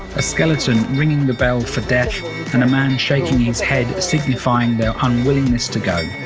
a skeleton ringing the bell for death and a man shaking his head signifying their unwillingness to go.